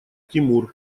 тимур